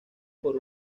por